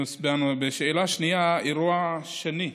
לשאלה השנייה, האירוע השני,